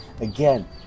Again